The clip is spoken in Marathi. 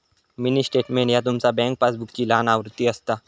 मिनी स्टेटमेंट ह्या तुमचा बँक पासबुकची लहान आवृत्ती असता